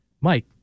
Mike